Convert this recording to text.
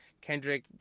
Kendrick